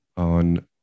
on